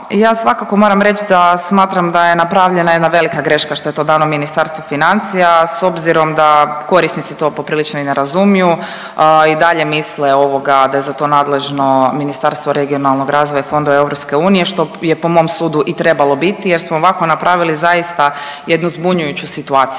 ja svakako moram reći da smatram da je napravljena jedna velika greška što je to dano Ministarstvu financija s obzirom da korisnici to, poprilično i ne razumiju, i dalje misle, ovoga, da je za to nadležno Ministarstvo regionalnog razvoja i fondova EU, što je po mom sudu i trebalo biti jer smo ovako napravili zaista jednu zbunjujuću situaciju